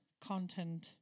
content